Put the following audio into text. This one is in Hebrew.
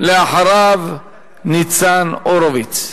אחריו, ניצן הורוביץ.